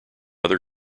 other